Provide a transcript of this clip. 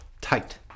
tight